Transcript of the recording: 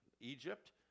Egypt